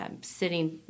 sitting